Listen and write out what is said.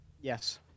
Yes